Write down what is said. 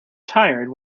tired